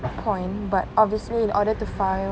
point but obviously in order to file